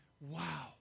wow